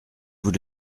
vous